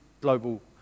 global